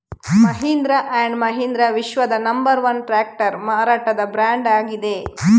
Mahindra and Mahindra ವಿಶ್ವದ number one tractor ಮಾರಾಟದ brand ಆಗಿದೆ